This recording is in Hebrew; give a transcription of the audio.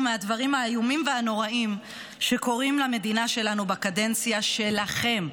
מהדברים האיומים והנוראיים שקורים למדינה שלנו בקדנציה שלכם.